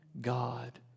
God